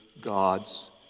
God's